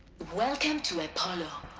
welcome to apollo.